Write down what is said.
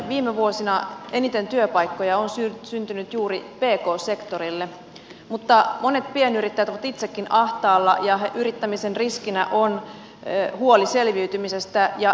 viime vuosina eniten työpaikkoja on syntynyt juuri pk sektorille mutta monet pienyrittäjät ovat itsekin ahtaalla ja yrittämisen riskinä on huoli selviytymisestä ja toimeentulosta